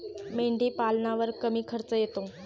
मेंढीपालनावर कमी खर्च येतो